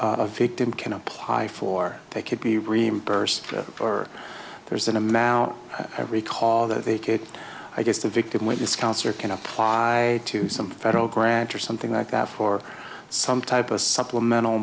a victim can apply for they could be reimbursed or there's an amount every call that they could i just a victim witness concert can apply to some federal grants or something like that for some type of supplemental